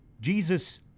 Jesus